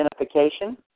identification